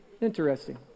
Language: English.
Interesting